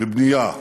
בבנייה,